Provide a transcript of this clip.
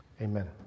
amen